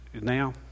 now